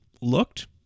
looked